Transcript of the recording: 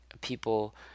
people